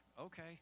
okay